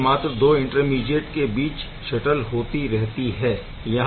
यह मात्र दो इंटरमीडीएट के बीच शटल होती रहती है